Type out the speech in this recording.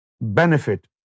benefit